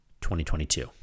2022